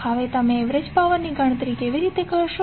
હવે તમે average power ની ગણતરી કેવી રીતે કરશો